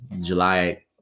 July